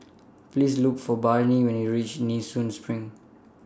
Please Look For Barnie when YOU REACH Nee Soon SPRING